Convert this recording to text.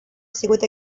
sigut